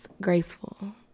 graceful